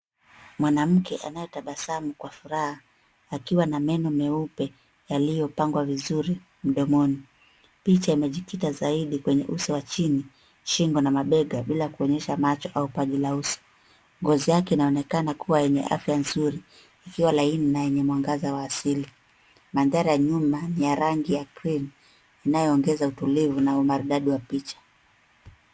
Mwanamke anayetabasamu kwa furaha akiwa na meno meupe yaliyopangwa vizuri mdomoni. Picha imejikita zaidi kwenye uso wa chini, shingo na mabega bila kuonyesha macho au paji la uso. Ngozi yake inaonekana kuwa yenye afya nzuri iliyolaini na yenye mwangaza wa asili. Mandhari ya nyuma ni ya rangi ya cream inayoongeza utulivu na umaridadi wa picha.